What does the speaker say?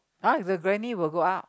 uh is the granny will go up